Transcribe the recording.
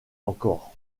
encore